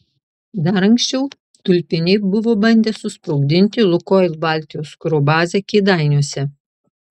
dar anksčiau tulpiniai buvo bandę susprogdinti lukoil baltijos kuro bazę kėdainiuose